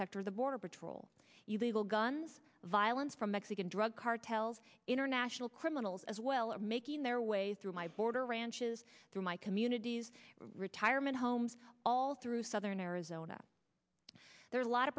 sector the border patrol legal guns violence from mexican drug cartels international criminals as well are making their way through my border ranches through my communities retirement homes all through southern arizona there are a lot